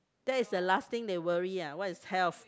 that is the last thing they worry ah what is health